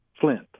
flint